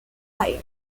iron